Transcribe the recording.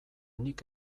nik